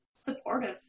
supportive